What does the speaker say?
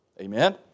Amen